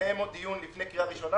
יתקיים עוד דיון לפני קריאה ראשונה,